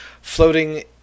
floating